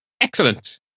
Excellent